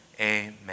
amen